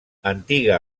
antiga